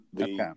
Okay